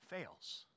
fails